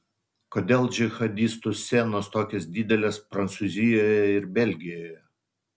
kodėl džihadistų scenos tokios didelės prancūzijoje ir belgijoje